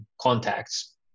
contacts